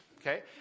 okay